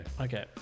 Okay